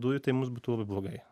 dujų tai mus būtų labai blogai